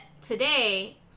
today